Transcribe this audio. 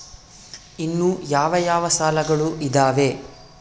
ಇನ್ನು ಯಾವ ಯಾವ ಸಾಲಗಳು ಇದಾವೆ?